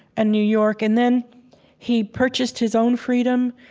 and new york. and then he purchased his own freedom,